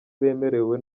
bemerewe